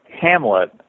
Hamlet